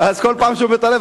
אז כל פעם שהוא מתערב,